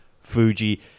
Fuji